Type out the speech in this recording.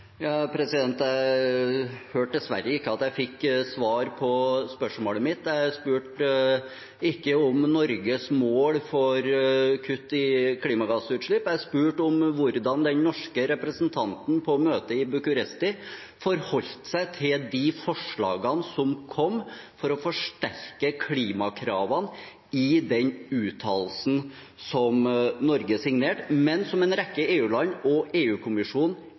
Jeg hørte dessverre ikke at jeg fikk svar på spørsmålet mitt. Jeg spurte ikke om Norges mål for kutt i klimagassutslipp, jeg spurte om hvordan den norske representanten på møtet i Bucuresti forholdt seg til de forslagene som kom for å forsterke klimakravene i den uttalelsen som Norge signerte, men som en rekke EU-land og